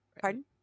pardon